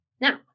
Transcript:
Now